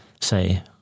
say